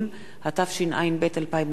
התשע"ב 2012,